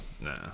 Nah